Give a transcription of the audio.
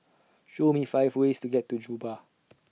Show Me five ways to get to Juba